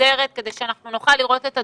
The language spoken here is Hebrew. מסודרת כדי שאנחנו נוכל לראות את הדברים.